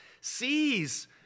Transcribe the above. sees